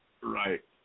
Right